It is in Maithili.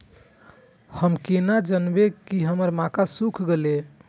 हम केना जानबे की हमर मक्के सुख गले?